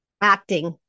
acting